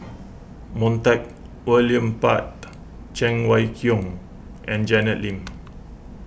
Montague William Pett Cheng Wai Keung and Janet Lim